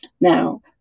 now